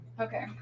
Okay